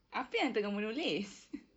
apa yang tengah menulis